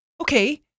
Okay